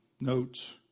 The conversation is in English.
notes